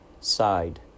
side